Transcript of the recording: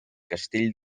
castell